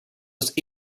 was